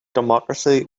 democracy